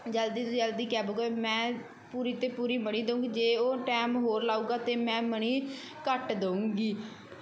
ਜਲਦੀ ਤੋਂ ਜਲਦੀ ਕੈਬ ਬੁੱਕ ਹੋਏ ਮੈਂ ਪੂਰੀ ਤੇ ਪੂਰੀ ਮਨੀ ਦਊਂਗੀ ਜੇ ਉਹ ਟਾਈਮ ਹੋਰ ਲਾਊਗਾ ਤਾਂ ਮੈਂ ਮਨੀ ਘੱਟ ਦਊਂਗੀ